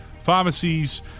pharmacies